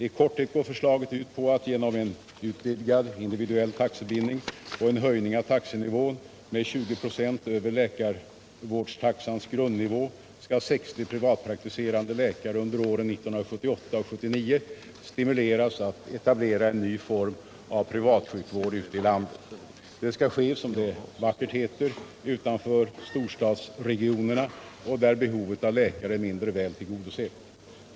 I korthet går förslaget ut på att genom en utvidgad individuell taxebindning och en höjning av taxenivån med 20 96 över läkarvårdstaxans grundnivå skall 60 privatpraktiserande läkare under åren 1978 och 1979 stimuleras att etablera en ny form av privatsjukvård ute i landet. Det skall ske, som det vackert heter, utanför storstadsregionerna och där behovet av läkare är mindre väl tillgodosett.